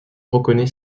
reconnaît